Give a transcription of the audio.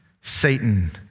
Satan